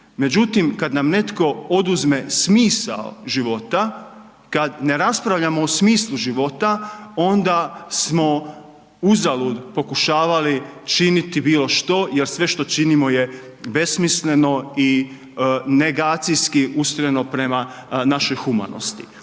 Međutim, kad nam netko oduzme smisao života, kad ne raspravljamo o smislu života, onda smo uzalud pokušavali činiti bilo što jer sve što činimo je besmisleno i negacijski usmjereno prema našoj humanosti.